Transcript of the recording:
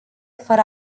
fără